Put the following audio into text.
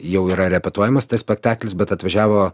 jau yra repetuojamas spektaklis bet atvažiavo